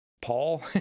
Paul